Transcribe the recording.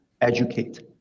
Educate